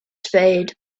spade